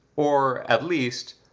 or, at least,